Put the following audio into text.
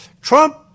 Trump